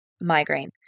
migraine